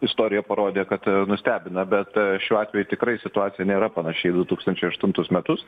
istorija parodė kad nustebina bet šiuo atveju tikrai situacija nėra panaši į du tūkstančiai aštuntus metus